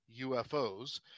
UFOs